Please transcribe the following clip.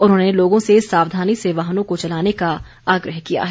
उन्होंने लोगों से सावधानी से वाहनों को चलाने का आग्रह किया है